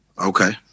Okay